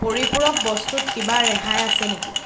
পৰিপূৰক বস্তুত কিবা ৰেহাই আছে নেকি